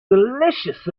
delicious